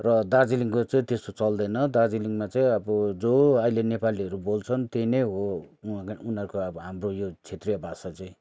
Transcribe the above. र दार्जिलिङको चाहिँ त्यस्तो चल्देन दार्जिलिङमा चाहिँ अब जो अहिले नेपालीहरू बोल्छन् त्यही नै हो उ उनीहरूको अब हाम्रो यो क्षेत्रीय भाषा चाहिँ